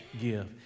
give